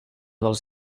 dels